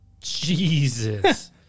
Jesus